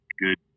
good